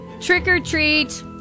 Trick-or-treat